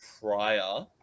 prior